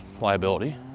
liability